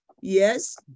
Yes